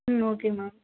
okay ma'am